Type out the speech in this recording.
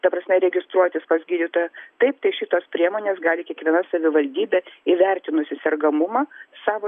ta prasme registruotis pas gydytoją taip tai šitos priemonės gali kiekviena savivaldybė įvertinusi sergamumą savo